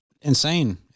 insane